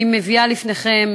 אני מביאה לפניכם